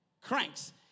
cranks